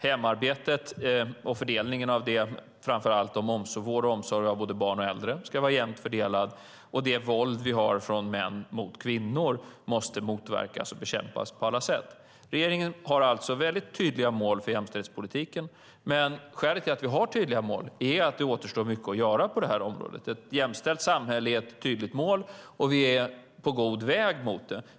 Hemarbetet och fördelningen av det, framför allt vård och omsorg av barn och äldre, ska vara jämnt fördelad. Och det våld som vi har från män mot kvinnor måste motverkas och bekämpas på alla sätt. Regeringen har alltså mycket tydliga mål för jämställdhetspolitiken. Men skälet till att vi har tydliga mål är att det återstår mycket att göra på detta område. Ett jämställt samhälle är ett tydligt mål, och vi är på god väg mot det.